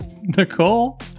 Nicole